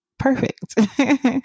perfect